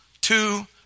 Two